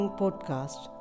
podcast